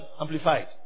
Amplified